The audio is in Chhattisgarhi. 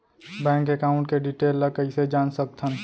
बैंक एकाउंट के डिटेल ल कइसे जान सकथन?